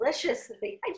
deliciously